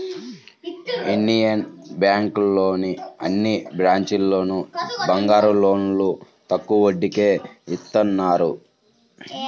Indian బ్యేంకులోని అన్ని బ్రాంచీల్లోనూ బంగారం లోన్లు తక్కువ వడ్డీకే ఇత్తన్నారు